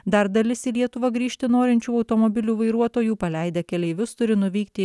dar dalis į lietuvą grįžti norinčių automobilių vairuotojų paleidę keleivius turi nuvykti į